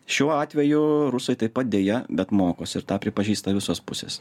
šiuo atveju rusai taip pat deja bet mokosi ir tą pripažįsta visos pusės